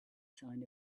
sign